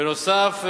בנוסף,